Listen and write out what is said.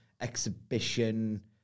exhibition